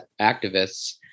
activists